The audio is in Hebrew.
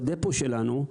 בדפו שלנו,